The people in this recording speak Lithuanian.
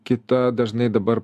kita dažnai dabar